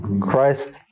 Christ